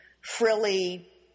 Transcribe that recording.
frilly